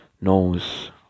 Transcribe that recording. knows